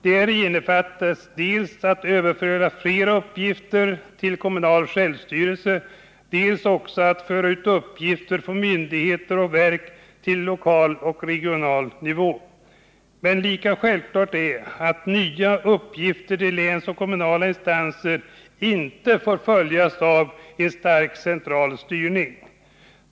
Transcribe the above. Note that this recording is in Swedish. Däri innefattas dels att överföra fler uppgifter till kommunal självstyrelse, dels att föra ut uppgifter från myndigheter och verk till lokal och regional nivå. Men lika självklart är att nya uppgifter till länsoch kommunala instanser inte får följas av stark central styrning.